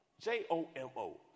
J-O-M-O